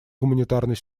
гуманитарной